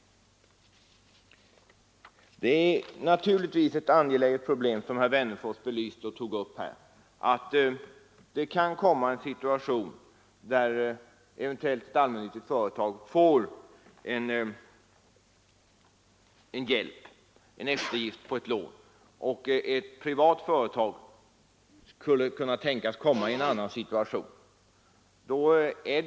Det problem som herr Wennerfors här tagit upp, att det kan uppstå en situation där ett allmännyttigt företag får hjälp i form av eftergift på ett lån i ett läge där situationen för ett privat företag kan vara en annan, är mycket angeläget.